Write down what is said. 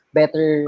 better